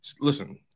listen